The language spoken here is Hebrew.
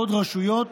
בעוד רשויות,